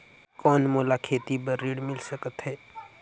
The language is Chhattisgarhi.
कौन मोला खेती बर ऋण मिल सकत है?